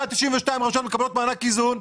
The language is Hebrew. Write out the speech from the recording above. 192 רשויות מקבלות מענק איזון,